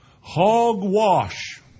Hogwash